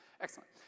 Excellent